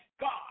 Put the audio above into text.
God